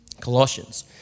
Colossians